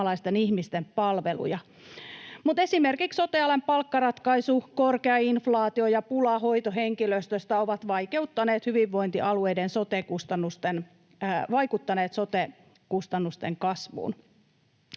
ihmisten palveluja? Mutta esimerkiksi sote-alan palkkaratkaisu, korkea inflaatio ja pula hoitohenkilöstöstä ovat vaikuttaneet hyvinvointialueiden sote-kustannusten kasvuun.